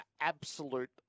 absolute